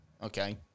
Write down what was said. Okay